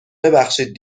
ببخشید